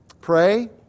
Pray